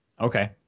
Okay